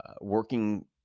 working